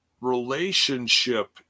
relationship